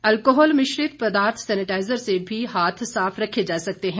alcohol मिश्रित पदार्थ sanitiser से भी हाथ साफ रखे जा सकते हैं